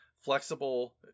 flexible